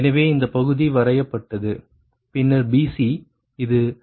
எனவே இந்த பகுதி வரையப்பட்டது பின்னர் BC இது λ0